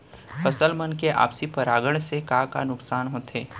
फसल मन के आपसी परागण से का का नुकसान होथे?